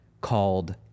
called